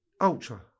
ultra